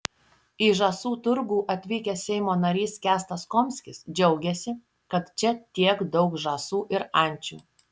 į žąsų turgų atvykęs seimo narys kęstas komskis džiaugėsi kad čia tiek daug žąsų ir ančių